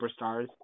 superstars